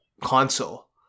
console